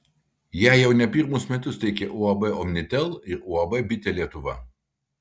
ją jau ne pirmus metus teikia uab omnitel ir uab bitė lietuva